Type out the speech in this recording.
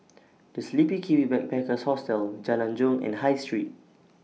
The Sleepy Kiwi Backpackers Hostel Jalan Jong and High Street